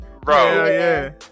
Bro